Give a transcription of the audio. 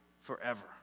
forever